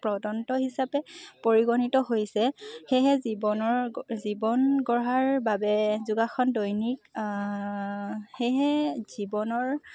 প্ৰদন্ত হিচাপে পৰিগণিত হৈছে সেয়েহে জীৱনৰ জীৱন গঢ়াৰ বাবে যোগাসন দৈনিক সেয়েহে জীৱনৰ